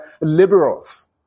liberals